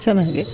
ಚೆನ್ನಾಗೇ